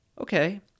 Okay